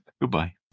Goodbye